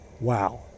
Wow